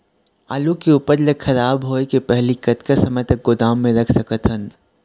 आलू के उपज ला खराब होय के पहली कतका समय तक गोदाम म रख सकत हन?